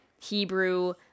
Hebrew